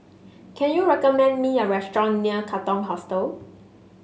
can you recommend me a restaurant near Katong Hostel